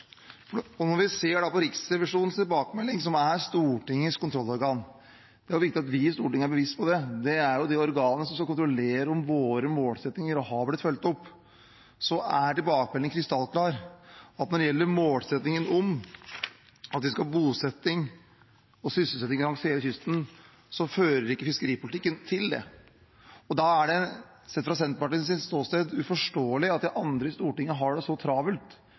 Når vi da ser på tilbakemeldingen fra Riksrevisjonen, som er Stortingets kontrollorgan – det er viktig at vi i Stortinget er bevisst på det, det er det organet som skal kontrollere om våre målsettinger har blitt fulgt opp – er tilbakemeldingen krystallklar på at når det gjelder målsettingen om at vi skal ha bosetting og sysselsetting langs hele kysten, så fører ikke fiskeripolitikken til det. Da er det, sett fra Senterpartiets ståsted, uforståelig at andre i Stortinget har det så travelt